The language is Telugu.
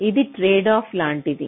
ఇది ట్రేడ్ఆఫ్ లాంటిది